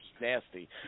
nasty